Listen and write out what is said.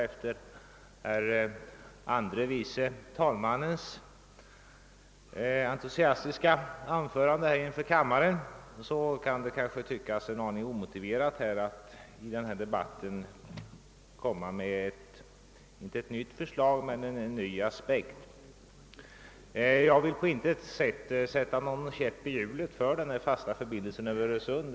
Efter herr andre vice tal mannens entusiastiska anförande inför kammaren kan det tyckas en aning omotiverat att i denna debatt komma med om inte ett nytt förslag så dock nya aspekter. Jag vill på intet vis sätta någon käpp i hjulet för den fasta förbindelsen över Öresund.